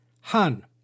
Han